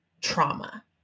trauma